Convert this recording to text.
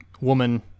woman